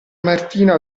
martina